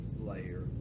layer